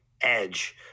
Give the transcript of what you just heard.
edge